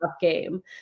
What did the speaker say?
game